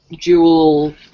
dual